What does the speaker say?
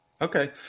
Okay